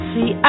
See